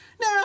No